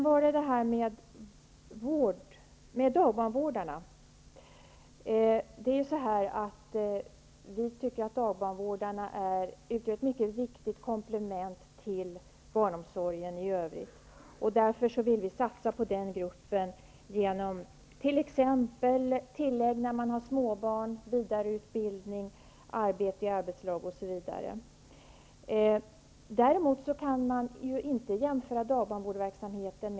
Vi anser att dagbarnvårdarna utgör ett mycket viktigt komplement till barnomsorgen i övrigt. Därför vill vi satsa på den gruppen genom bl.a. småbarnstillägg, vidareutbildning och arbete i arbetslag. Däremot kan dagbarnvårdarverksamheten inte jämföras med förskoleverksamheten.